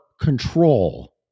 control